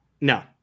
No